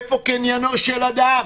איפה קניינו של אדם?